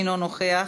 אינו נוכח.